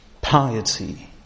piety